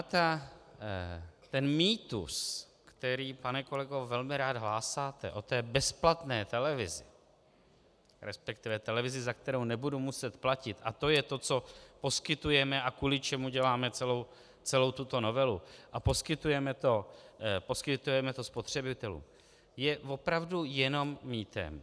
On ten mýtus, který, pane kolego, velmi rád hlásáte, o té bezplatné televizi, resp. televizi, za kterou nebudu muset platit, a to je to, co poskytujeme a kvůli čemu děláme celou tuto novelu a poskytujeme to spotřebitelům, je opravdu jenom mýtem.